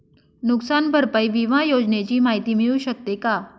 नुकसान भरपाई विमा योजनेची माहिती मिळू शकते का?